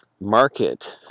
market